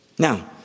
Now